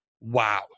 wow